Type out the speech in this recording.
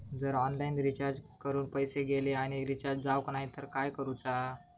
जर online recharge करून पैसे गेले आणि रिचार्ज जावक नाय तर काय करूचा?